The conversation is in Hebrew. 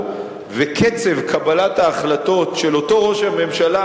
וקצב קבלת ההחלטות של אותו ראש הממשלה,